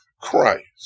Christ